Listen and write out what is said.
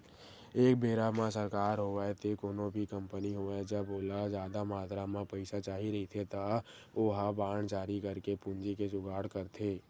एक बेरा म सरकार होवय ते कोनो भी कंपनी होवय जब ओला जादा मातरा म पइसा चाही रहिथे त ओहा बांड जारी करके पूंजी के जुगाड़ करथे